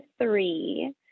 three